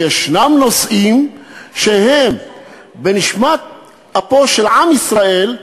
שיש נושאים שהם בנשמת אפו של עם ישראל,